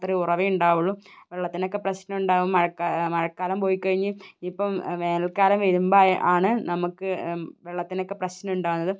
ഉറവ ഉണ്ടാവുള്ളൂ വെള്ളത്തിനൊക്കെ പ്രശ്നം ഉണ്ടാവും പൊയ്ക്കഴിഞ്ഞ് ഇപ്പം വേനല്ക്കാലം വരുമ്പോഴെ ആണ് നമുക്ക് വെള്ളത്തിന് ഒക്കെ പ്രശ്നം ഉണ്ടാവുന്നത്